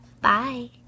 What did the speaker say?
Bye